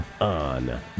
on